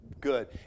good